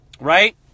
Right